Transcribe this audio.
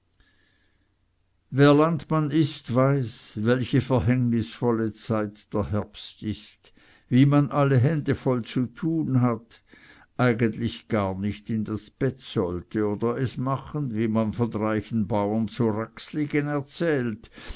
landmann ist weiß welche verhängnisvolle zeit der herbst ist wie man alle hände voll zu tun hat eigentlich gar nicht in das bett sollte oder es machen wie man von reichen bauern zu raxligen erzählt